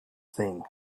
thing